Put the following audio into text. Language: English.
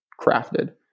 crafted